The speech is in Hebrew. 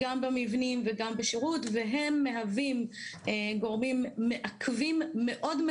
רואים את זה גם במבנים וגם בנגישות והם גורמים מעכבים מאוד.